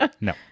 No